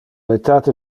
etate